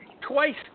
twice